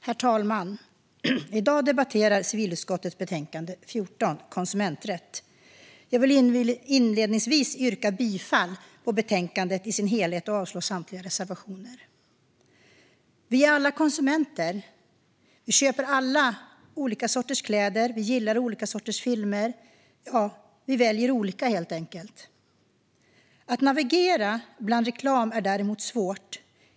Herr talman! I dag debatterar vi civilutskottet betänkande 14 Konsumenträtt . Jag vill inledningsvis yrka bifall till utskottets förslag i betänkandet i sin helhet och avslag på samtliga reservationer. Vi är alla konsumenter. Vi köper alla olika sorters kläder, och vi gillar olika sorters filmer. Vi väljer olika helt enkelt. Att navigera bland reklam är däremot svårt.